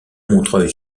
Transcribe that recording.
montreuil